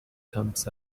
thumbs